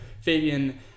fabian